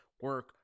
Work